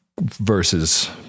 versus